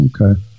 Okay